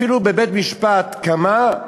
אפילו בבית-משפט קמא,